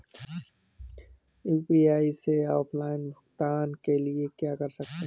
UPI से offline भुगतान के लिए क्या कर सकते हैं?